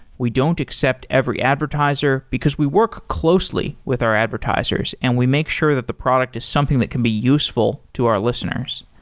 we don't accept every advertiser, because we work closely with our advertisers and we make sure that the product is something that can be useful to our listeners.